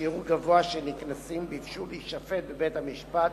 ששיעור גבוה של נקנסים ביקשו להישפט בבית-המשפט